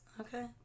Okay